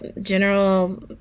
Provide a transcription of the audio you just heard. general